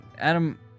Adam